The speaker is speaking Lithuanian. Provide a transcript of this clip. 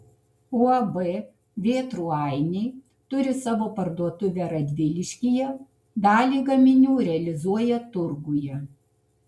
uab vėtrų ainiai turi savo parduotuvę radviliškyje dalį gaminių realizuoja turguje